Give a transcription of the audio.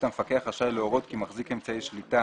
המפקח רשאי להורות כי מחזיק אמצעי שליטה